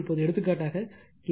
இப்போது எடுத்துக்காட்டாக கே